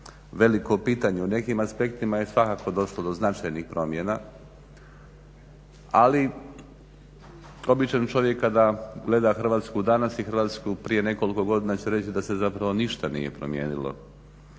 veliko pitanje. U nekim aspektima je svakako došlo do značajnih promjena, ali običan čovjek kada gleda Hrvatsku danas i Hrvatsku prije nekoliko godina će reći da se ništa nije promijenilo.